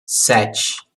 sete